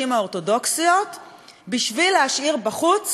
בשביל להשאיר בחוץ את הרפורמים ואת הקונסרבטיבים.